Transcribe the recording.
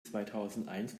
zweitausendeins